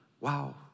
Wow